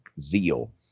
zeal